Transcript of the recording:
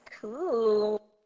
Cool